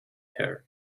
her